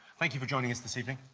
thank you for joining us this evening.